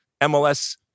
MLS